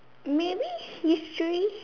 maybe history